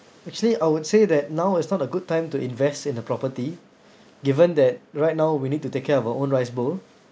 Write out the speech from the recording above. actually I would say that now is not a good time to invest in a property given that right now we need to take care of our own rice bowl